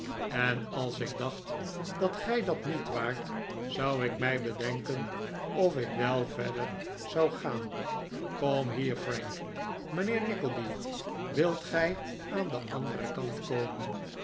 en als ik dacht dat gij dat niet waart zou ik mij bedenken of ik wel verder zou gaan kom hier frank mijnheer nickleby wilt gij aan den anderen kant komen